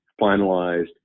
finalized